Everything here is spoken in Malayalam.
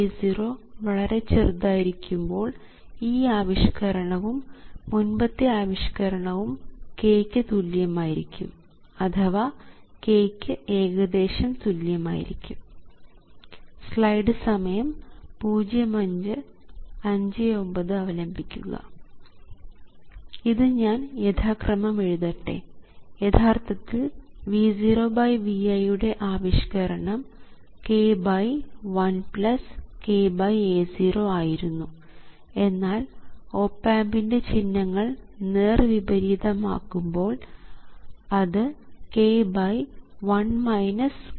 kA0 വളരെ ചെറുതായിരിക്കുമ്പോൾ ഈ ആവിഷ്കരണവും മുൻപത്തെ ആവിഷ്കരണവും k ക്ക് തുല്യമായിരിക്കും അഥവാ k ക്ക് ഏകദേശം തുല്യമായിരിക്കും ഇത് ഞാൻ യഥാക്രമം എഴുതട്ടെ യഥാർത്ഥത്തിൽ V0 Vi യുടെ ആവിഷ്കരണം k1kA0 ആയിരുന്നു എന്നാൽ ഓപ് ആമ്പിൻറെ ചിഹ്നങ്ങൾ നേർവിപരീതം ആകുമ്പോൾ അത് k1 kA0 ആകും